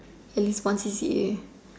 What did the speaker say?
at least one C_C_A